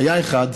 היה אחד